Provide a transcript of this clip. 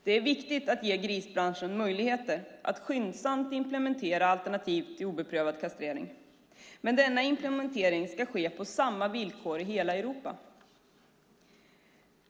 Det är viktigt att ge grisbranschen möjligheter att skyndsamt implementera alternativ till obedövad kastrering. Men denna implementering ska ske på samma villkor i hela Europa.